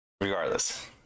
regardless